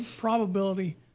probability